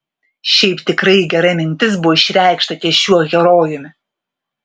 šiaip tikrai gera mintis buvo išreikšta ties šiuo herojumi